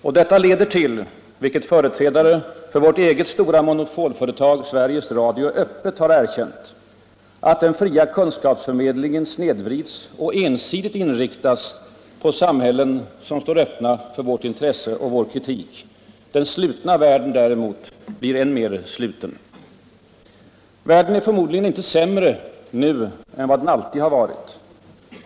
Och detta leder — vilket företrädare för vårt eget stora monopolföretag Sveriges Radio öppet erkänt — till att den fria kunskapsförmedlingen snedvrides och ensidigt inriktas på samhällen som står öppna för vårt intresse och vår kritik. Den slutna världen blir än mer sluten. Världen är förmodligen inte sämre nu än vad den alltid har varit.